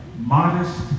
modest